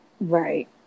right